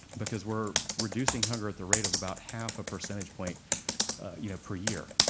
because we're reducing hunger at the rate of about half a percentage point you know per year.